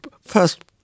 first